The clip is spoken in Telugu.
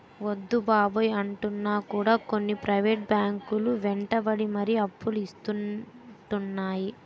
వద్దు బాబోయ్ అంటున్నా కూడా కొన్ని ప్రైవేట్ బ్యాంకు లు వెంటపడి మరీ అప్పులు ఇత్తానంటున్నాయి